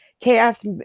Chaos